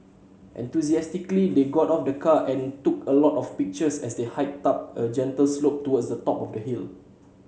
enthusiastically they got out of the car and took a lot of pictures as they hiked up a gentle slope towards the top of the hill